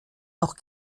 noch